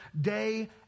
day